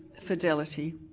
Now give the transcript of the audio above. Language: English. fidelity